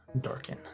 darken